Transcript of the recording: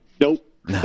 Nope